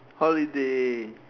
holiday